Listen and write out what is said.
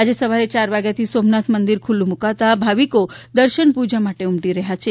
આજે સવારે યાર વાગ્યાથી સોમનાથ મંદિર ખુલ્લું મુકાતા ભાવિકો દર્શન પૂજા માટે ઉમટી રહ્યા છે